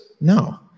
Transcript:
no